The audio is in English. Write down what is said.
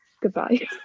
goodbye